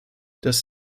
dass